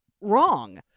wrong